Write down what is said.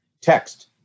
Text